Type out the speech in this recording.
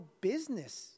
business